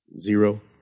Zero